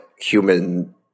human